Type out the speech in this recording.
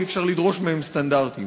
אי-אפשר לדרוש מהם סטנדרטים.